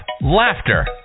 laughter